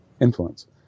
influence